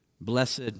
Blessed